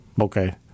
Okay